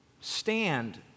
Stand